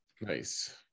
nice